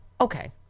Okay